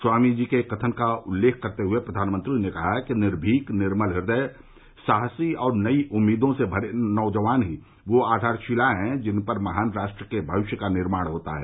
स्वामीजी के एक कथन का उल्लेख करते हुए प्रधानमंत्री ने कहा कि निर्भीक निर्मल हृदय साहसी और नई उम्मीदों से भरे नौजवान ही वह आधारशिला हैं जिस पर महान राष्ट्र के भविष्य का निर्माण होता है